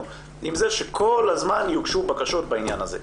עם זה שכל הזמן יוגשו בקשות בעניין הזה,